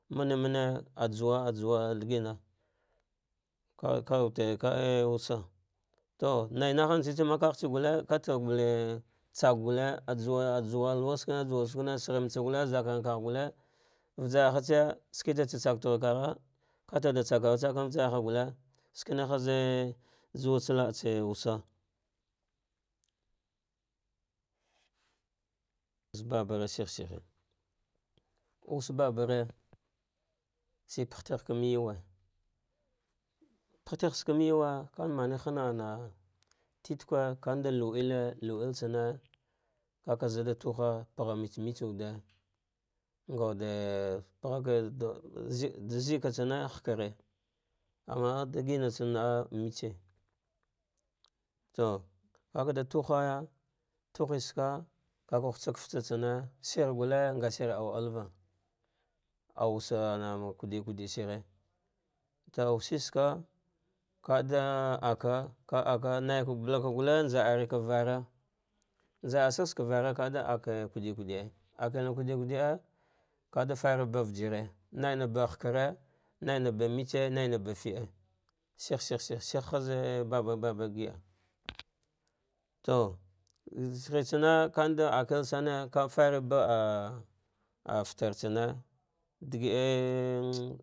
Mane mane ajuwa ajuwa digina kakawude kawusa to naah tsa gull eater rgulle tsaka gulle, ajuwa ajuwa lauwa shikin sagh nbatsa galle zakagharva gha gulle vajar ha tsa shikitse tsa tsa thruvagh kada kate da tsakaru kagha, kate da tsa tara tsa vanvajarha gulle skene haz juwa tsa la tsa wusa zababare shih shehe wua babare she pahte ghdkam yuwe pahte gheh tsakam yuwe, kan mene hana ana tetque amada lu ethsane kavazada tuha mbe tse mefse ngawude paha de ze ka tsame hakure amma digomatse metse to kakada hujag a suhu sagh tsane fatsa tsane shir gulle aur wasa ana kudid kudia shire, too wushi tsa ka kada da aka ballaka gulle nja ah are ka vara, njaar sa gtsavara kada ak kude kude akdin kude kude kada fare ba vakire naina bah ava e nairna ba metse naina ba fide shih shih shihe haize babar babar gida to nshighe tsane kanda akelsame kafari baah fatures tane daga.